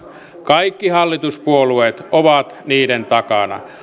kaikki hallituspuolueet ovat niiden takana